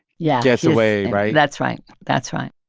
yeah. gets away, right? that's right. that's right